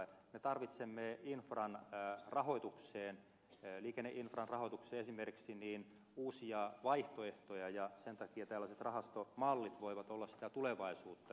me tarvitsemme infran rahoitukseen liikenneinfran rahoitukseen esimerkiksi uusia vaihtoehtoja ja sen takia tällaiset rahastomallit voivat olla sitä tulevaisuutta